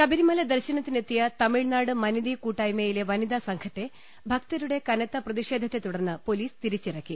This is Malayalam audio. ശബ രി മല ദർശ ന ത്തി നെ ത്തിയ തമി ഴ് നാട് മനിതി കൂട്ടായ്മയിലെ വനിതാസംഘത്തെ ഭക്തരുടെ കനത്ത പ്രതിഷേധത്തെത്തുടർന്ന് പൊലീസ് തിരിച്ചിറക്കി